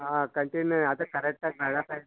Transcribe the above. ಹಾಂ ಕಂಟಿನ್ಯೂ ಅದೆ ಕರೆಕ್ಟಾಗಿ ತಗಳ್ತಾ ಇದ್ದೀನಿ